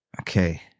Okay